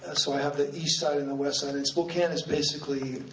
ah so i have the east side and the west side. and spokane is basically,